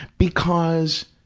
because,